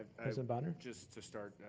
and but just to start,